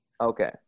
Okay